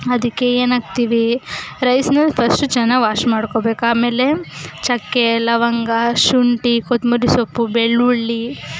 ಅದಕ್ಕೆ ಏನಾಕ್ತೀವಿ ರೈಸನ್ನ ಫಸ್ಟು ಚೆನ್ನಾಗಿ ವಾಶ್ ಮಾಡ್ಕೊಳ್ಬೇಕು ಆಮೇಲೆ ಚಕ್ಕೆ ಲವಂಗ ಶುಂಠಿ ಕೊತ್ತಂಬರಿ ಸೊಪ್ಪು ಬೆಳ್ಳುಳ್ಳಿ